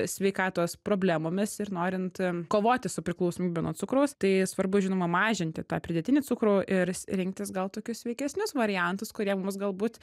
sveikatos problemomis ir norint kovoti su priklausomybe nuo cukraus tai svarbu žinoma mažinti tą pridėtinį cukrų ir rinktis gal tokius sveikesnius variantus kurie mus galbūt